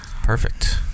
Perfect